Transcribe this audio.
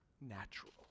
natural